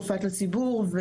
הופץ לציבור.